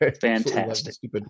Fantastic